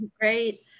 great